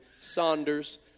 Saunders